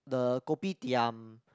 the kopitiam